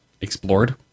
Explored